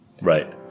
Right